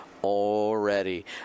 already